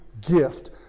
gift